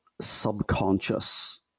subconscious